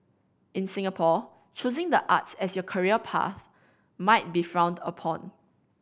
in Singapore choosing the arts as your career path might be frowned upon